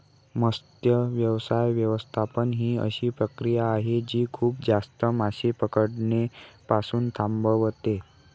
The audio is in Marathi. मत्स्य व्यवसाय व्यवस्थापन ही अशी प्रक्रिया आहे जी खूप जास्त मासे पकडणे पासून थांबवते